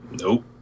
Nope